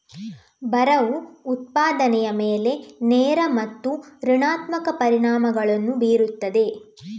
ಬರವು ಉತ್ಪಾದನೆಯ ಮೇಲೆ ನೇರ ಮತ್ತು ಋಣಾತ್ಮಕ ಪರಿಣಾಮಗಳನ್ನು ಬೀರುತ್ತದೆ